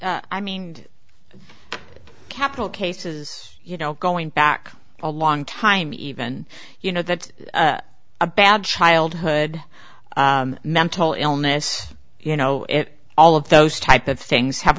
capital cases you know going back a long time even you know that's a bad childhood mental illness you know it all of those type of things have